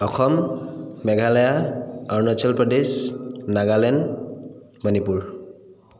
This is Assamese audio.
অসম মেঘালয়া অৰুণাচল প্ৰদেশ নাগালেণ্ড মণিপুৰ